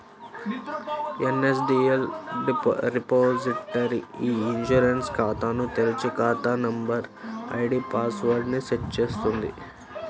NSDL repository e insurance ఖాతాను తెరిచి, ఖాతా నంబర్, ఐడీ పాస్ వర్డ్ ని సెట్ చేస్తుంది